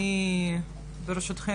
ברשותכם,